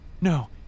no